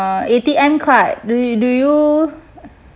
A_T_M card do do you